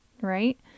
right